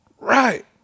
Right